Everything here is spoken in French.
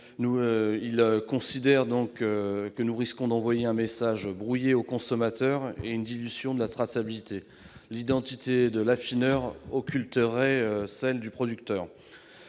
Il considère que nous risquons d'envoyer un message brouillé au consommateur et une dilution de la traçabilité, l'identité de l'affineur occultant celle du producteur.